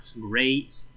great